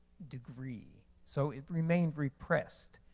degree. so it remained repressed.